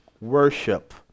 worship